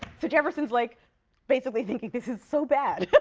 so jefferson's like basically thinking, this is so bad but